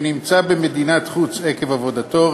שנמצא במדינת חוץ עקב עבודתו,